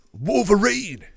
Wolverine